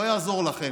לא יעזור לכם.